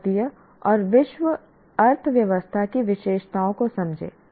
भारतीय और विश्व अर्थव्यवस्था की विशेषताओं को समझें